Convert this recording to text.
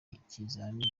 ikizami